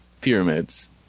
pyramids